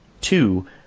Two